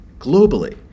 globally